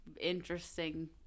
interesting